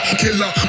killer